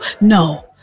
No